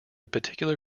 particular